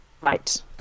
Right